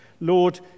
Lord